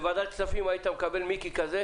בוועדת כספים היית מקל מיקי כזה?